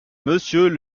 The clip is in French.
monsieur